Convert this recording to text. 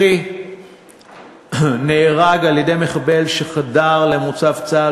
אחי נהרג על-ידי מחבל שחדר למוצב צה"ל